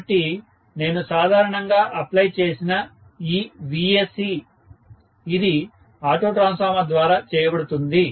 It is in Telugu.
కాబట్టి నేను సాధారణంగా అప్లై చేసిన ఈ Vsc ఇది ఆటో ట్రాన్స్ఫార్మర్ ద్వారా చేయబడుతుంది